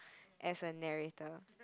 as a narrator